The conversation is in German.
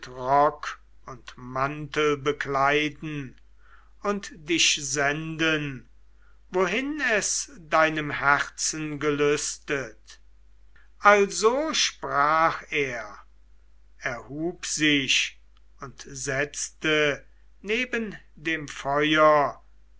und mantel bekleiden und dich senden wohin es deinem herzen gelüstet also sprach er erhub sich und setzte neben dem feuer